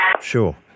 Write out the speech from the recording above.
Sure